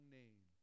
name